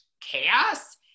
chaos